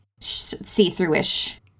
see-through-ish